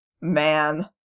man